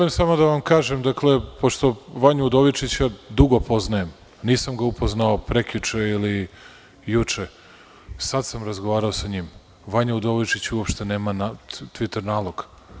Želim samo da vam kažem, pošto Vanju Udovičića dugo poznajem, nisam ga upoznao prekjuče ili juče, sada sam razgovarao sa njim, Vanja Udovičić uopšte nema tviter nalog.